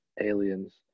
aliens